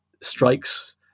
strikes